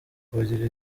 kubagira